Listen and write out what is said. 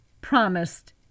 promised